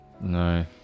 No